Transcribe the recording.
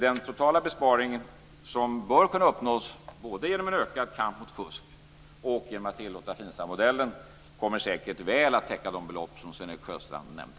Den totala besparing som bör kunna uppnås både genom en ökad kamp mot fusk och genom att tillåta FINSAM-modellen kommer säkert väl att täcka de belopp som Sven-Erik Sjöstrand nämnde.